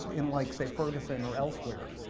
in like say ferguson, or elsewhere,